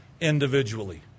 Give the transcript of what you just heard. individually